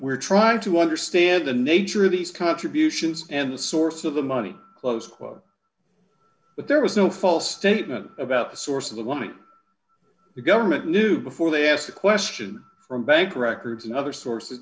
we're trying to understand the nature of these contributions and the source of the money close quote but there was no false statement about the source of the woman the government knew before they asked a question from bank records and other sources